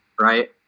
right